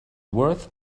worth